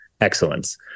excellence